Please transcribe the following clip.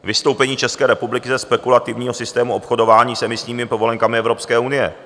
Vystoupení České republiky ze spekulativního systému obchodování s emisními povolenkami Evropské unie.